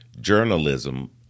journalism